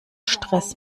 stress